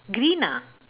green ah